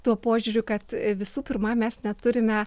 tuo požiūriu kad visų pirma mes neturime